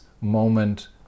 moment